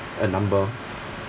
num~ a number